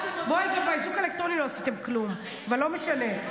גם באיזוק אלקטרוני לא עשיתם כלום, אבל לא משנה.